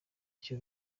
icyo